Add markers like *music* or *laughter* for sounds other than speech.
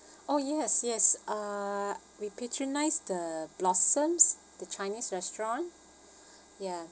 oh yes yes uh we patronised the blossoms the chinese restaurant *breath* ya